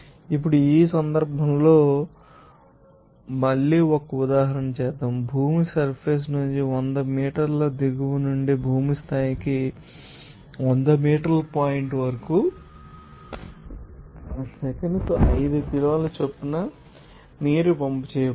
ఇప్పుడు ఈ సందర్భంలో మళ్ళీ ఒక ఉదాహరణ చేద్దాం భూమి సర్ఫెస్ నుండి 100 మీటర్ల దిగువ నుండి భూమి స్థాయికి 100 మీటర్ల పాయింట్ వరకు సెకనుకు 5 కిలోల చొప్పున నీరు పంప్ చేయబడుతుంది